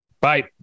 Bye